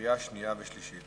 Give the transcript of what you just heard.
קריאה שנייה וקריאה שלישית.